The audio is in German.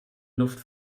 luft